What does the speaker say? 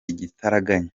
igitaraganya